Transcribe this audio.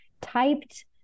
typed